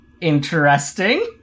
interesting